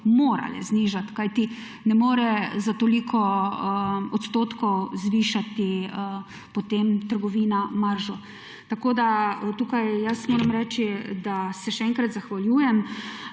morale znižat, kajti ne more za toliko odstotkov zvišati potem trgovina maržo. Tako da tukaj jaz moram reči, da se še enkrat zahvaljujem.